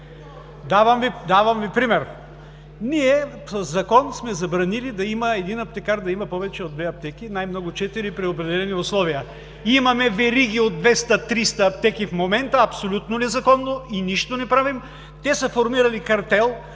Давам Ви пример: ние със закон сме забранили един аптекар да има повече от две аптеки – най-много четири, при определени условия. Имаме вериги от 200-300 аптеки в момента, абсолютно незаконно и нищо не правим. Те са формирали картел,